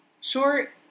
sure